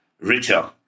richer